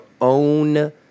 own